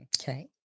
Okay